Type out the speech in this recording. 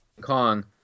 Kong